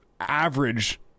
average